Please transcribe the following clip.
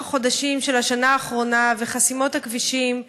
החודשים של השנה האחרונה וחסימות הכבישים,